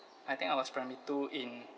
I think I was primary two in